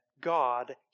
God